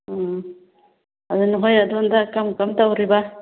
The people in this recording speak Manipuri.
ꯎꯝ ꯑꯗꯨ ꯅꯈꯣꯏ ꯑꯗꯣꯝꯗ ꯀꯔꯝ ꯀꯔꯝ ꯇꯧꯔꯤꯕ